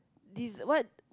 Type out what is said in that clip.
this what